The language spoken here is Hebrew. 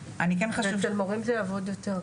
ואצל מורים זה יעבוד יותר,